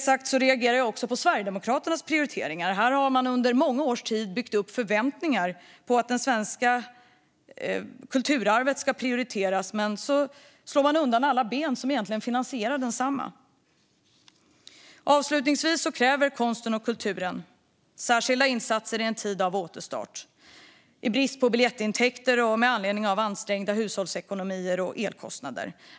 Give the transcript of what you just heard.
Jag reagerar också på Sverigedemokraternas prioriteringar. De har i många års tid byggt upp förväntningar på att svenskt kulturarv ska prioriteras. Men nu slår de undan alla ben för det som finansierar detta. Konsten och kulturen kräver särskilda insatser i en tid av återstart efter pandemin och brist på biljettintäkter på grund av hushållens ansträngda ekonomi och höjda elkostnader.